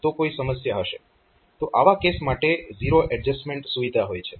તો આવા કેસ માટે આ ઝીરો એડજસ્ટમેન્ટ સુવિધા હોય છે